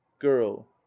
girl